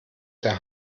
der